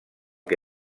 que